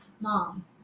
mom